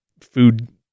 food